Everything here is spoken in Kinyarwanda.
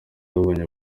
yabonye